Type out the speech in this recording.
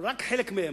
או רק חלק מהם,